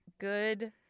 good